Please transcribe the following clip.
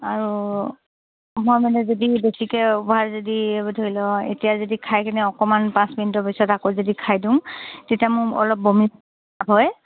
আৰু মই মানে যদি বেছিকে অভাৰ যদি ধৰি লওঁক এতিয়া যদি খাই কিনে অকণমান পাঁচ মিনিটৰ পিছত আকৌ যদি খাই দিওঁ তেতিয়া মোৰ অলপ বমি হয়